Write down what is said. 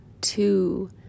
two